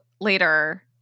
later